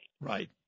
Right